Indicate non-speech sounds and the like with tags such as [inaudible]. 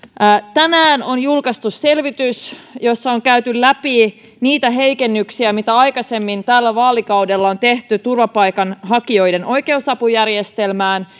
tänään on julkaistu selvitys jossa on käyty läpi niitä heikennyksiä mitä aikaisemmin tällä vaalikaudella on tehty turvapaikanhakijoiden oikeusapujärjestelmään [unintelligible]